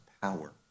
power